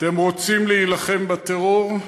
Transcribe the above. "אתם רוצים להילחם בטרור?